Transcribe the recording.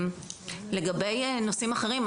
לגבי נושאים אחרים,